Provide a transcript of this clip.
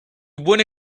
buone